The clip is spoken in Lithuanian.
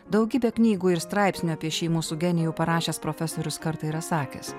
daugybė knygų ir straipsnių apie šį mūsų genijų parašęs profesorius kartą yra sakęs